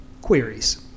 queries